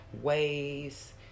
ways